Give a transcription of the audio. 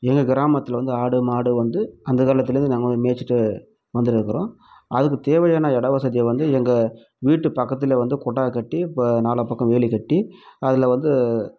எங்கள் கிராமத்தில் வந்து ஆடு மாடு வந்து அந்த காலத்துலேருந்து நாங்கள் மேய்ச்சிட்டு வந்துகின்னுருக்கறோம் அதுக்கு தேவையான இடவசதி வந்து எங்கள் வீட்டு பக்கத்தில் வந்து கொட்டாய் கட்டி இப்போ நாலா பக்கம் வேலி கட்டி அதில் வந்து